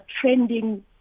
trending